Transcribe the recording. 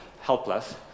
helpless